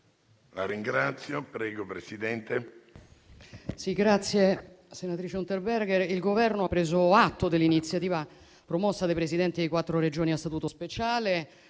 La ringrazio, signor Presidente.